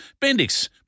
Bendix